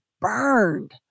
burned